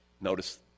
Notice